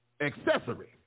accessory